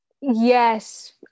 Yes